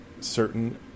certain